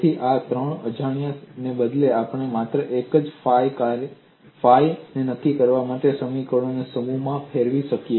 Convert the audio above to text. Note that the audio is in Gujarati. તેથી ત્રણ અજાણ્યાને બદલે આપણે માત્ર એક કાર્ય ફાઇ નક્કી કરવા માટે સમીકરણોના સમૂહમાં ફેરફાર કરીશું